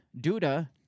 Duda